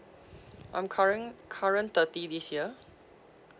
I'm current~ current thirty this year